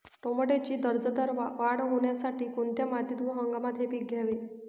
टोमॅटोची दर्जेदार वाढ होण्यासाठी कोणत्या मातीत व हंगामात हे पीक घ्यावे?